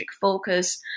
focus